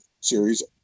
series